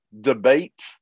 debate